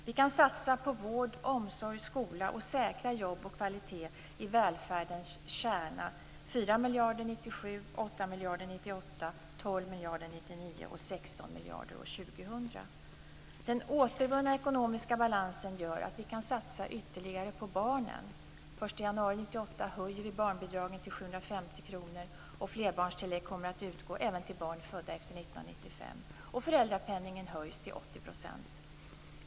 Vi kan satsa på vård, omsorg, och skola samt säkra jobb och kvalitet i välfärdens kärna: 4 miljarder Den återvunna ekonomiska balansen gör att vi kan satsa ytterligare på barnen. Den 1 januari 1998 höjer vi barnbidragen till 750 kr, och flerbarnstillägg kommer att utgå även till barn födda efter 1995. Föräldrapenningen höjs till 80 %.